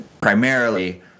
primarily